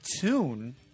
tune